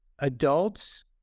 Adults